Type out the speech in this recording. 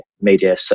media